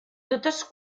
totes